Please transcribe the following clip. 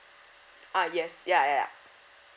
ah yes ya ya ya